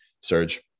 Surge